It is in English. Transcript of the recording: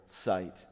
sight